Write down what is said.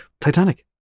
Titanic